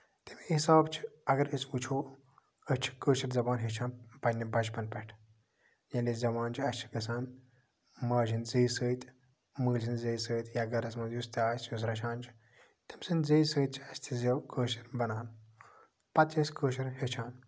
تَمے حِسابہٕ چھُ اَگر أسۍ وُچھو أسۍ چھِ کٲشِر زَبان ہٮ۪چھان پَنٕنہِ بَچپَن پٮ۪ٹھ یعنی زیوان چھِ اَسہِ چھِ گژھان ماجہِ ہِنٛدۍ زیٚیہِ سۭتۍ ماجہِ ہِنٛدۍ زیٚیہِ سۭتۍ یا گرَس منٛز یُس تہِ آسہِ یُس رَچھان چھُ تٔمۍ سٔنٛدۍ زیٚیہِ سۭتۍ چھِ اَسہِ تہِ زیٚو کٲشِر بَنان پَتہٕ چھِ أسۍ کٲشُر ہٮ۪چھان